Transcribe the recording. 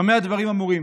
במה הדברים אמורים?